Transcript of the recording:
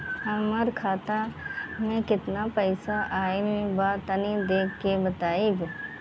हमार खाता मे केतना पईसा आइल बा तनि देख के बतईब?